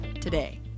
today